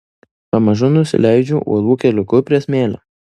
pamažu nusileidžiu uolų keliuku prie smėlio